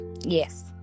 Yes